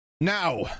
Now